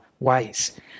Ways